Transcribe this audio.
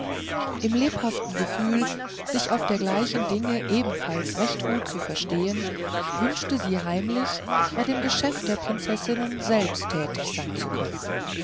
im lebhaften gefühl sich auf dergleichen dinge ebenfalls recht gut zu verstehen wünschte sie heimlich bei dem geschäft der prinzessinnen selbst tätig sein zu können